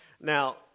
Now